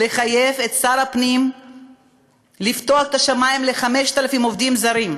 לחייב את שר הפנים לפתוח את השמים ל-5,000 עובדים זרים,